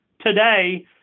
today